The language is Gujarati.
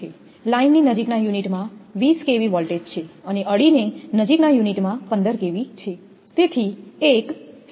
લાઇનની નજીકના યુનિટ માં 20 kV વોલ્ટેજ છે અને અડીને નજીકના યુનિટ માં 15 kV